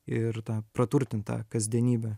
ir tą praturtint tą kasdienybę